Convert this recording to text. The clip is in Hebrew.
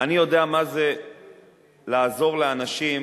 אני יודע מה זה לעזור לאנשים,